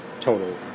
total